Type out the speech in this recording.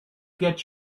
get